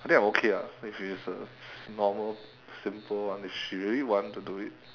I think I'm okay ah if it's a normal simple one if she really want to do it